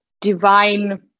divine